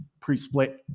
pre-split